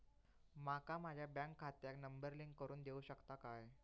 माका माझ्या बँक खात्याक नंबर लिंक करून देऊ शकता काय?